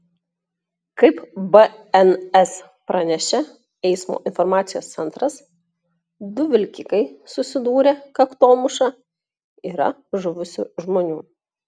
kaip bns pranešė eismo informacijos centras du vilkikai susidūrė kaktomuša yra žuvusių žmonių